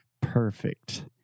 Perfect